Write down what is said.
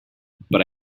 but